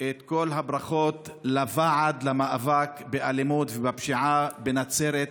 את כל הברכות לוועד למאבק באלימות ובפשיעה בנצרת.